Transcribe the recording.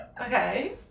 Okay